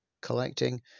collecting